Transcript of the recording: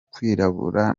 kwirabura